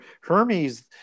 hermes